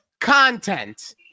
content